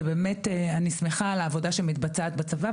ואני שמחה על העבודה שמתבצעת בצבא.